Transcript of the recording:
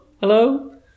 Hello